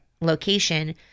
location